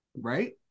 Right